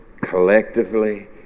collectively